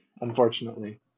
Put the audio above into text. unfortunately